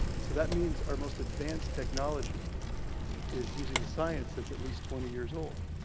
so that means our most advanced technology is using science that's at least twenty years old.